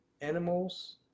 animals